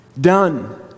Done